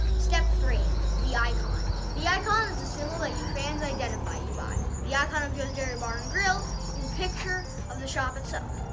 step three the icon the icon is the symbol that your fans can identify you by. the icon of joe's dairy bar and grill is a picture of the shop itself,